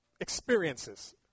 experiences